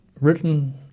written